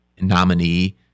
nominee